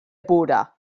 buda